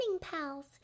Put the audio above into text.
pals